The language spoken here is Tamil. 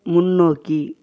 முன்னோக்கி